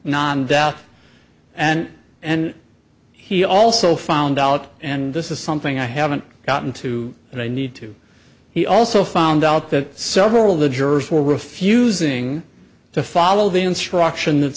non death and and he also found out and this is something i haven't gotten to and i need to he also found out that several of the jurors were refusing to follow the instruction